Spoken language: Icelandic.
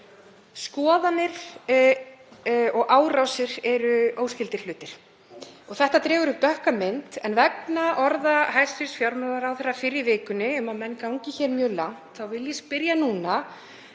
Skoðanir og árásir eru óskyldir hlutir. Þetta dregur upp dökka mynd. En vegna orða hæstv. fjármálaráðherra fyrr í vikunni um að menn gangi hér mjög langt þá vil ég spyrja hann